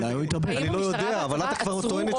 האם הצבא והמשטרה עצרו או הגישו כתב אישום -- אני לא יודע,